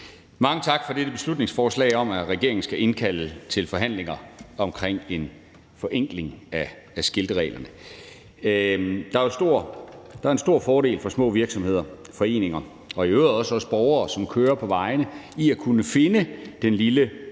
Mange tak for dette beslutningsforslag om, at regeringen skal indkalde til forhandlinger omkring en forenkling af skiltereglerne. Der er en stor fordel for små virksomheder og foreninger og i øvrigt også borgere, som kører på vejene, i at kunne finde den lille